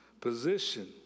position